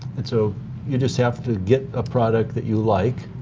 so you just have to get a product that you like.